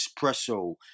espresso